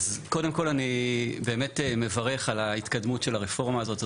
קודם כל אני באמת מברך על ההתקדמות של הרפורמה הזאת.